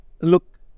look